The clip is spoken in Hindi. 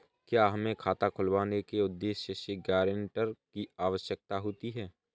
क्या हमें खाता खुलवाने के उद्देश्य से गैरेंटर की आवश्यकता होती है?